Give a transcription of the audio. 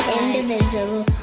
indivisible